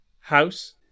House